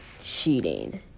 Cheating